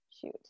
shoot